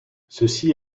ceci